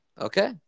Okay